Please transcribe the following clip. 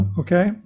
okay